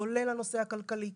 כולל הנושא הכלכלי,